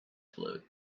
float